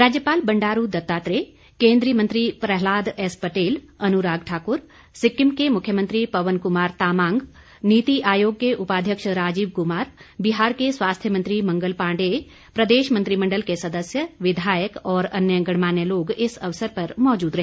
राज्यपाल बंडारू दत्तात्रेय केंद्रीय मंत्री प्रहलाद एस पटेल अनुराग ठाकुर सिक्किम के मुख्यमंत्री पवन कुमार तामांग नीति आयेाग के उपाध्यक्ष राजीव कुमार बिहार के स्वास्थ्य मंत्री मंगल पांडेय प्रदेश मंत्रिमण्डल के सदस्य विधायक और अन्य गणमान्य लोग इस अवसर पर मौजूद रहे